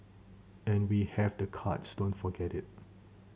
and we have the cards don't forget it